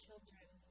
children